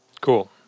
Cool